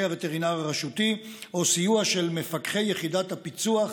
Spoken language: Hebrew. הווטרינר הרשותי או לסיוע של מפקחי יחידת הפיצו"ח